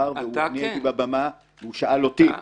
מאחר ואני הייתי על הבמה, הוא שאל אותי --- איל,